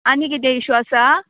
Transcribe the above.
आनी किदें इश्यू आसा